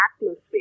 atmosphere